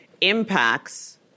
impacts